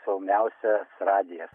šauniausias radijas